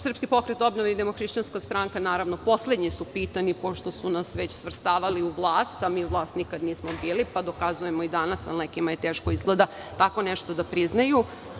Srpski pokret obnove i Demohrišćanska stranka, naravno, poslednji su pitani, pošto su nas već svrstavali u vlast, a mi vlast nikad nismo bili, pa dokazujemo i danas, a nekima je teško izgleda tako nešto da priznaju.